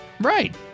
Right